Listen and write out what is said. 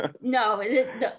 No